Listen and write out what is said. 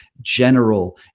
general